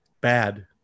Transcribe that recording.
bad